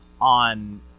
on